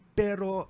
pero